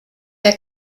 der